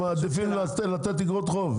הם מעדיפים לתת איגרות חוב.